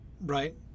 right